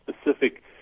specific